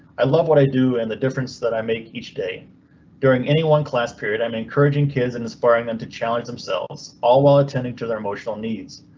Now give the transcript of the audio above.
i love what i do and the difference that i make each day during any one class period. i'm encouraging kids inspiring and to challenge themselves all while attending to their emotional needs.